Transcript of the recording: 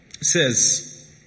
says